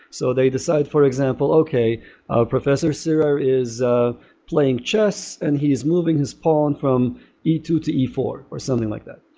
so they decide for example, okay professor sirer is ah playing chess and he is moving his pawn from e two to e four or something like that.